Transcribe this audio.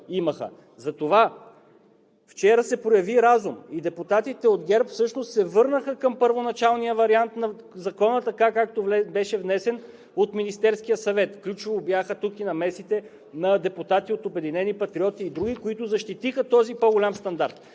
Затова вчера се прояви разум и депутатите от ГЕРБ всъщност се върнаха към първоначалния вариант на Закона така, както беше внесен от Министерския съвет. Ключови бяха тук и намесите на депутати от „Обединени патриоти“ и други, които защитиха този по голям стандарт.